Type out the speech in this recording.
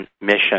mission